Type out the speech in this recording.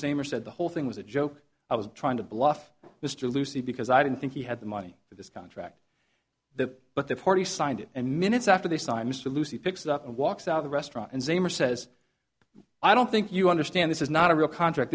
said the whole thing was a joke i was trying to bluff mr lucy because i didn't think he had the money for this contract that but the party signed it and minutes after they signed mr lucy picks it up and walks out the restaurant and samer says i don't think you understand this is not a real contract